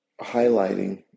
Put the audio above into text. highlighting